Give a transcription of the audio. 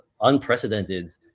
unprecedented